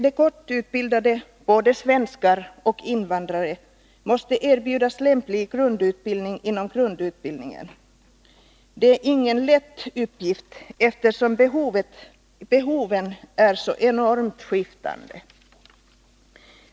De korttidsutbildade — både svenskar och invandrare — måste erbjudas lämplig utbildning inom grundutbildningen. Det är ingen lätt uppgift, eftersom behoven är så enormt skiftande.